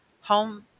home